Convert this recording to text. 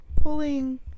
pulling